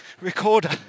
recorder